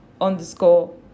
underscore